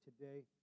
today